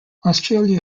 australia